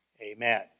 amen